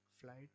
flight